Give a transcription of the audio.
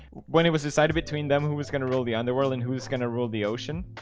when it was decided between them who was gonna rule the underworld and who's gonna rule the ocean